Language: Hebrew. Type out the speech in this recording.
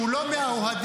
וואו,